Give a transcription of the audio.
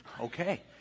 Okay